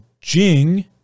Jing